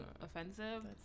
offensive